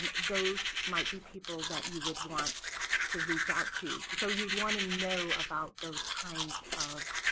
um those might be people that you would want to reach out to. so you would want to know about those kinds of